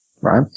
right